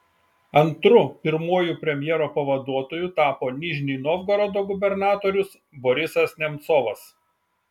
antru pirmuoju premjero pavaduotoju tapo nižnij novgorodo gubernatorius borisas nemcovas